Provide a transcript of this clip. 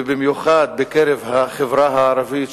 במיוחד בקרב החברה הערבית,